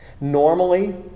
Normally